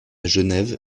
genève